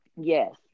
Yes